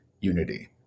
unity